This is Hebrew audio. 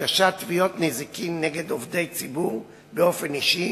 הגשת תביעות נזיקין נגד עובדי ציבור באופן אישי,